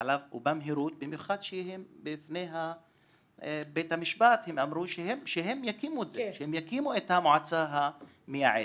ובמיוחד שבפני בית המשפט הם אמרו שהם יקימו את המועצה המייעצת,